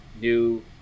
new